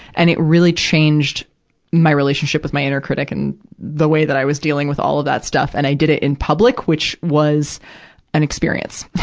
and it really changed my relationship with my inner critic and the way that i was dealing with all of that stuff. and i did it in public, which was an experience.